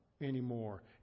anymore